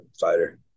fighter